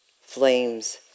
flames